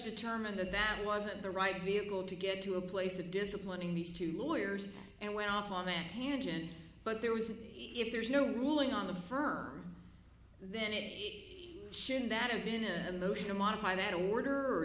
determined that that wasn't the right vehicle to get to a place of disciplining these two lawyers and went off on that tangent but there was if there's no ruling on the firm then it should that been a motion to modify that order or